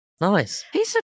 Nice